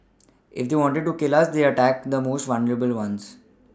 if they wanted to kill us they attack the most vulnerable ones